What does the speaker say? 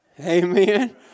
Amen